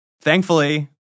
Thankfully